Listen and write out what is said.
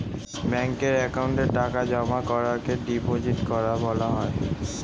ব্যাঙ্কের অ্যাকাউন্টে টাকা জমা করাকে ডিপোজিট করা বলা হয়